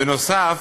בנוסף,